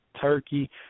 Turkey